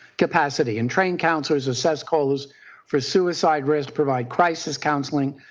capacity. and trained counselors assess calls for suicide risk, provide crisis counseling,